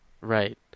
Right